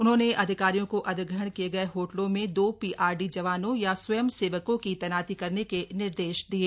उन्होंने अधिकारियों को अधिग्रहण किए गए होटलों में दो पीआरडी जवानों या स्वयं सेवकों की तैनाती करने के निर्देश दिये